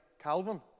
calvin